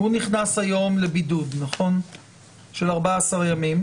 היום הוא נכנס לבידוד של 14 ימים,